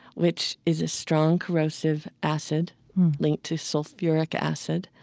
which is a strong corrosive acid linked to sulfuric acid,